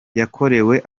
yakorewe